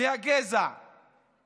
והגזע של